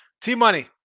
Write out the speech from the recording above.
T-Money